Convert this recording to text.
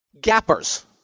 Gappers